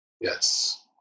Yes